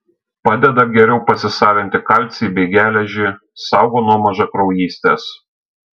padeda geriau pasisavinti kalcį bei geležį saugo nuo mažakraujystės